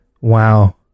Wow